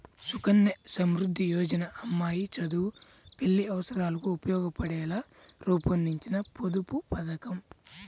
సుకన్య సమృద్ధి యోజన అమ్మాయి చదువు, పెళ్లి అవసరాలకు ఉపయోగపడేలా రూపొందించిన పొదుపు పథకం